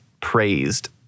praised